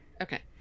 Okay